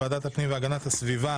ועדת הפנים והגנת הסביבה